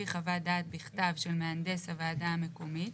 לפי חוות דעת בכתב של מהנדס הוועדה המקומית,